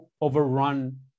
overrun